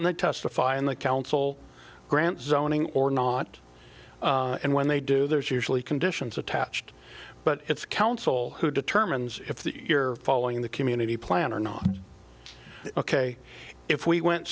and testify in the council grant zoning or not and when they do there's usually conditions attached but it's council who determines if the you're following the community plan or not ok if we went